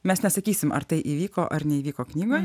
mes nesakysim ar tai įvyko ar neįvyko knygoj